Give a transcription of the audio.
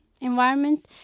Environment